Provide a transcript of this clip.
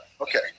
Okay